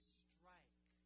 strike